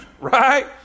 right